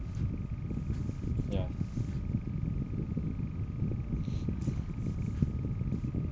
ya